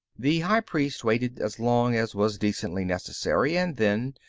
the high priest waited as long as was decently necessary and then,